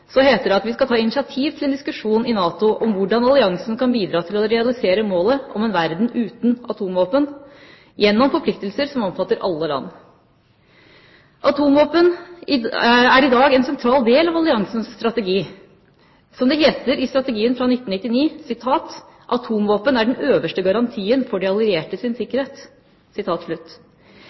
heter det at vi skal ta initiativ til en diskusjon i NATO om hvordan alliansen kan bidra til å realisere målet om en verden uten atomvåpen gjennom forpliktelser som omfatter alle land. Atomvåpen er i dag en sentral del av alliansens strategi. Som det heter i strategien fra 1999: Atomvåpen er den øverste garantien for de allierte sin sikkerhet.